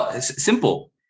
simple